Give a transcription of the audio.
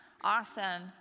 awesome